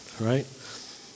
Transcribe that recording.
right